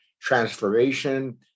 transformation